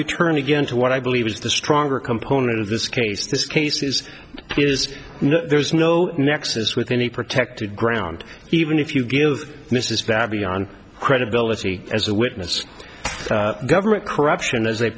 again to what i believe is the stronger component of this case this case is is there's no nexus with any protected ground even if you give mrs babie on credibility as a witness government corruption as a